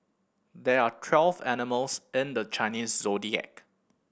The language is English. there are twelve animals in the Chinese Zodiac